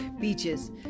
beaches